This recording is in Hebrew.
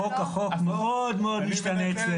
החוק מאוד מאוד משתנה אצלנו.